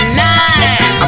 nine